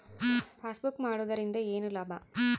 Passbook ಮಾಡುದರಿಂದ ಏನು ಲಾಭ?